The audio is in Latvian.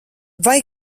vai